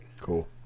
cool